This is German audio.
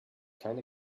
keine